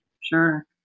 Sure